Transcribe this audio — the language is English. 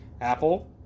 Apple